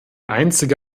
einzige